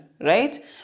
right